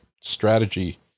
strategy